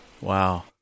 Wow